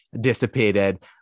dissipated